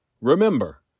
Remember